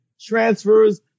Transfers